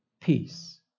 Peace